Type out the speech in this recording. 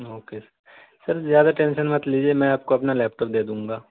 okay sir زیادہ tension مت لیجیے میں آپ کو اپنا لیپٹاپ دے دوں گا